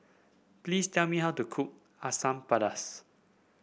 please tell me how to cook Asam Pedas